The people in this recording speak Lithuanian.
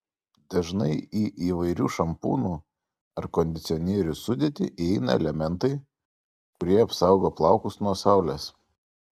dažnai į įvairių šampūnų ar kondicionierių sudėtį įeina elementai kurie apsaugo plaukus nuo saulės